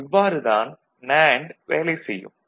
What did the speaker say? இவ்வாறு தான் நேண்டு வேலை செய்யும்